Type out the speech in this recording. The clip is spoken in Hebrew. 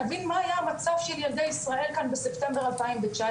נבין מה היה המצב של ילדי ישראל כאן בספטמבר 2019,